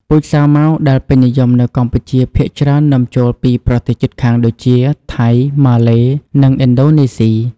ពូជសាវម៉ាវដែលពេញនិយមនៅកម្ពុជាភាគច្រើននាំចូលពីប្រទេសជិតខាងដូចជា ថៃ ម៉ាឡេ និងឥណ្ឌូនេស៊ី។